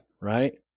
right